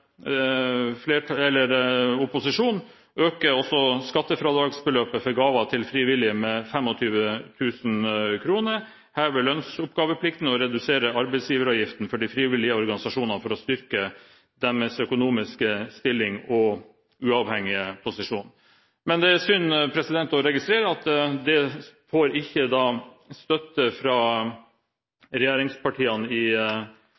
skattefradragsbeløpet for gaver til frivillige med 25 000 kr, heve lønnsoppgaveplikten og redusere arbeidsgiveravgiften for de frivillige organisasjonene for å styrke deres økonomiske stilling og uavhengige posisjon. Men det er synd å registrere at det ikke får støtte fra regjeringspartiene i